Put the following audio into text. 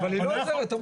אבל הממשלה לא עוזרת,